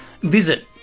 Visit